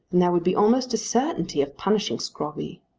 then there would be almost a certainty of punishing scrobby.